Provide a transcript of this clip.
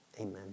Amen